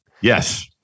Yes